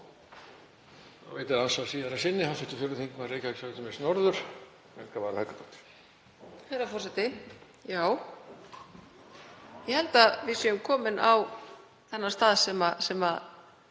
Já, ég held að við séum komin á þann stað að